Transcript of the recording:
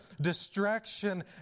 distraction